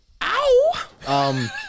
ow